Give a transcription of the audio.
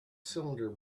cylinder